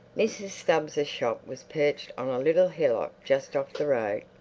mrs. stubbs's shop was perched on a little hillock just off the road.